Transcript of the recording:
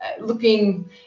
looking